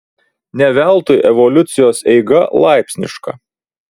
ne veltui evoliucijos eiga laipsniška